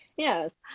Yes